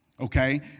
Okay